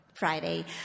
Friday